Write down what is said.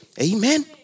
Amen